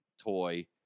toy